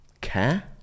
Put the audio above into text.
care